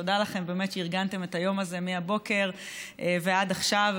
תודה לכם על שארגנתם את היום הזה מהבוקר ועד עכשיו.